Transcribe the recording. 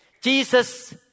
Jesus